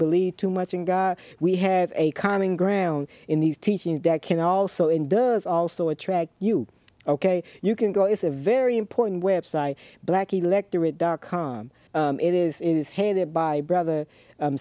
believe too much in god we have a common ground in these teachings that can also in does also attract you ok you can go is a very important website black electorate dot com it is headed by brother